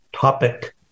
topic